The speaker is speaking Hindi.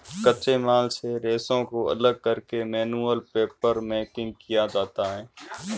कच्चे माल से रेशों को अलग करके मैनुअल पेपरमेकिंग किया जाता है